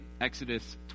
Exodus